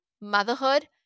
motherhood